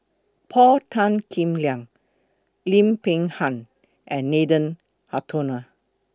Paul Tan Kim Liang Lim Peng Han and Nathan Hartono